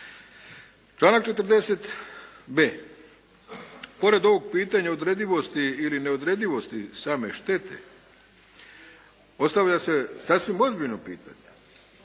Članak 40.b. Pored ovog pitanja odredivosti ili neodredivosti same štete postavlja se sasvim ozbiljno pitanje.